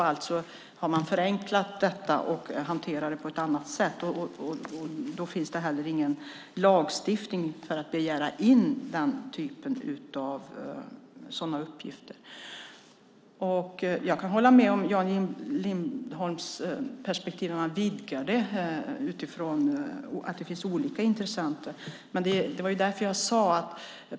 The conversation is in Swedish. Alltså har man förenklat detta och hanterar det på ett annat sätt. Då finns det heller ingen lagstiftning för att begära in den typen av uppgifter. Jag kan hålla med Jan Lindholm om man vidgar perspektivet och det finns olika intressenter.